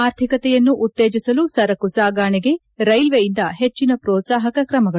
ಆರ್ಥಿಕತೆಯನ್ನು ಉತ್ತೇಜಿಸಲು ಸರಕು ಸಾಗಣೆಗೆ ರೈಲ್ವೆಯಿಂದ ಹೆಜ್ಜಿನ ಪ್ರೋತ್ಸಾಪಕ ಕ್ರಮಗಳು